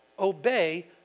obey